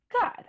God